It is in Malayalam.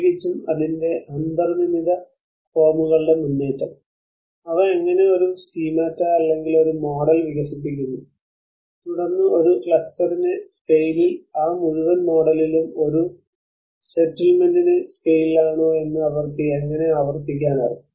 പ്രത്യേകിച്ചും അതിന്റെ അന്തർനിർമ്മിത ഫോമുകളുടെ മുന്നേറ്റം അവ എങ്ങനെ ഒരു സ്കീമറ്റ അല്ലെങ്കിൽ ഒരു മോഡൽ വികസിപ്പിക്കുന്നു തുടർന്ന് ഒരു ക്ലസ്റ്ററിന്റെ സ്കെയിലിൽ ആ മുഴുവൻ മോഡലിലും ഒരു സെറ്റിൽമെന്റിന്റെ സ്കെയിലിലാണോ എന്ന് അവർക്ക് എങ്ങനെ ആവർത്തിക്കാനാകും